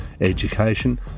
education